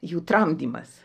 jų tramdymas